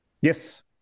Yes